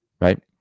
right